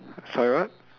sorry what